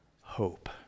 hope